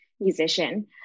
musician